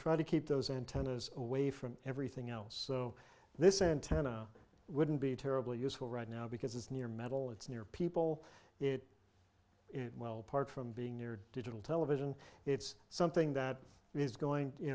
try to keep those antennas away from everything else so this antenna wouldn't be terribly useful right now because it's near metal it's near people it well part from being near digital television it's something that is going